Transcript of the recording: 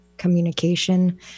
communication